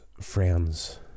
friends